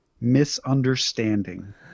Misunderstanding